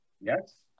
Yes